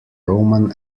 roman